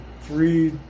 three